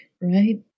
right